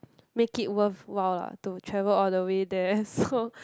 make it worthwhile lah to travel all the way there so